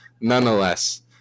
nonetheless